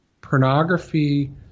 pornography